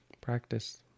Practice